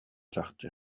чахчы